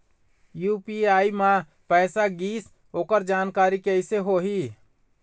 UPI म पैसा गिस ओकर जानकारी कइसे होही?